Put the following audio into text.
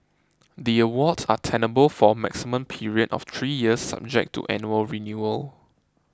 the awards are tenable for a maximum period of three years subject to annual renewal